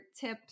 tips